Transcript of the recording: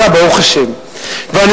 ברוך השם, ביתם לא נפגע.